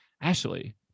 Ashley